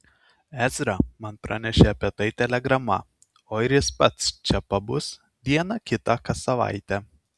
ezra man pranešė apie tai telegrama o ir jis pats čia pabus dieną kitą kas savaitę